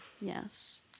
Yes